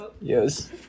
Yes